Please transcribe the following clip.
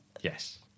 Yes